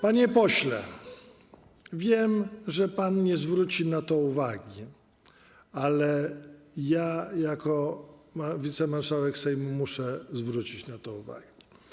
Panie pośle, wiem, że pan nie zwróci na to uwagi, ale ja jako wicemarszałek Sejmu muszę zwrócić na to uwagę.